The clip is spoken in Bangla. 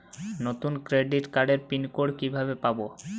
নতুন ক্রেডিট কার্ডের পিন কোড কিভাবে পাব?